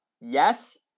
yes